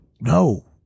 no